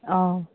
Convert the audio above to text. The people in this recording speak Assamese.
অঁ